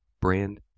brand